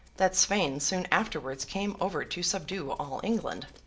that sweyn soon afterwards came over to subdue all england.